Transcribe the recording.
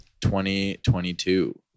2022